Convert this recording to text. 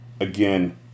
Again